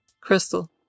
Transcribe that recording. Crystal